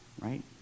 right